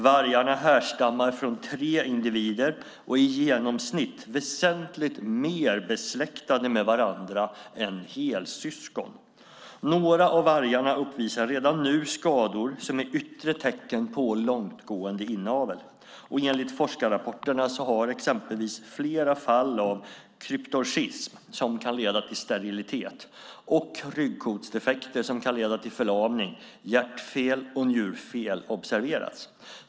Vargarna härstammar från tre individer och är i genomsnitt väsentligt mer besläktade med varandra än helsyskon. Några av vargarna uppvisar redan nu skador som är yttre tecken på långtgående inavel. Enligt forskarrapporterna har exempelvis flera fall av kryptorchism som kan leda till sterilitet och ryggkotsdefekter som kan leda till förlamning, hjärtfel och njurfel observerats.